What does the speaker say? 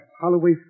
Holloway